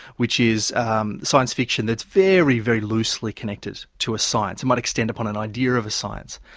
which is um science fiction that's very, very loosely connected to a science. it might extend upon an idea of a science.